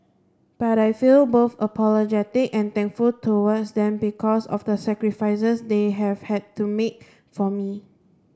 but I feel both apologetic and thankful towards them because of the sacrifices they have had to make for me